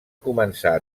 començar